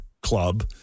Club